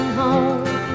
home